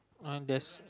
I'm just